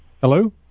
Hello